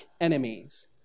enemies